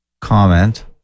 comment